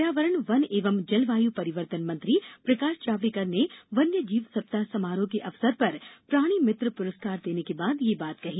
पर्यावरण वन एवं जलवायू परिवर्तन मंत्री प्रकाश जावडेकर ने वन्यजीव सप्ताह समारोह के अवसर पर प्राणीमित्र पुरस्कार देने के बाद यह बात कही